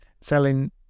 selling